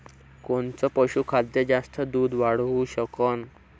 कोनचं पशुखाद्य जास्त दुध वाढवू शकन?